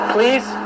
Please